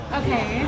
okay